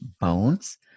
bones